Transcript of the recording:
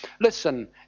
Listen